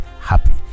happy